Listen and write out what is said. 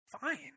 Fine